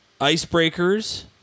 Icebreakers